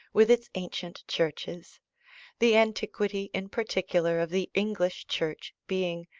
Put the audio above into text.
with its ancient churches the antiquity, in particular, of the english church being,